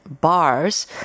bars